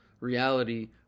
reality